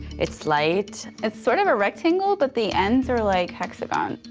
it's light. it's sort of a rectangle, but the ends are like hexagon,